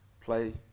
play